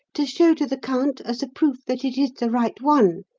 to show to the count as a proof that it is the right one,